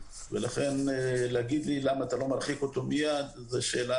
לכן לומר לי למה אני לא מרחיק אותו מיד, זאת שאלה.